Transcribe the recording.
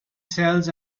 cells